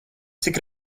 cik